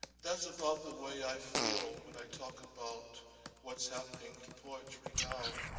that's about the way i feel when i talk about what's happening to poetry now,